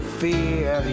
fear